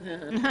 בבקשה.